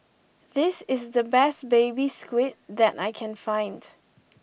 this is the best Baby Squid that I can find